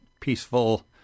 peaceful